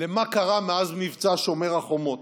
למה שקרה מאז מבצע שומר החומות,